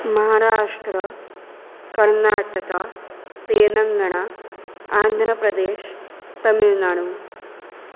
महाराष्ट्रः कर्नाटका तेलङ्गाना आन्ध्रप्रदेशः तमिल्नाडु